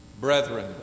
Brethren